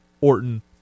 Orton